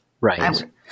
Right